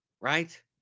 Right